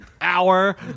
hour